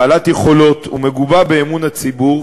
בעלת יכולת ומגובה באמון הציבור,